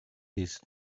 this